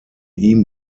ihm